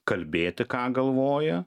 kalbėti ką galvoja